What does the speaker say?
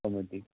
comedy